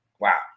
Wow